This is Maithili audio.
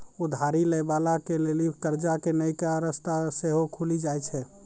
उधारी लै बाला के लेली कर्जा के नयका रस्ता सेहो खुलि जाय छै